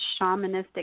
shamanistic